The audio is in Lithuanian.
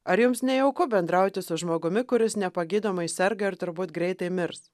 ar jums nejauku bendrauti su žmogumi kuris nepagydomai serga ir turbūt greitai mirs